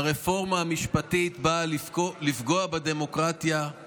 שהרפורמה המשפטית באה לפגוע בדמוקרטיה היא